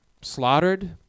slaughtered